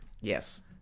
Yes